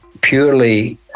purely